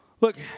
Look